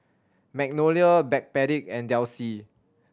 Magnolia Backpedic and Delsey